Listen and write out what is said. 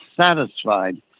satisfied